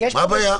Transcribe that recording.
מה הבעיה?